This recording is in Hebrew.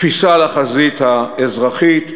תפיסה לחזית האזרחית,